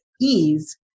ease